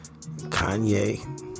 Kanye